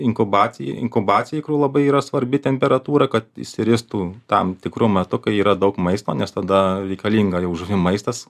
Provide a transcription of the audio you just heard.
inkubacija inkubacijai kur labai yra svarbi temperatūra kad išsiristų tam tikru metu kai yra daug maisto nes tada reikalinga jau žuvim maistas